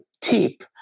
tip